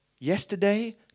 Yesterday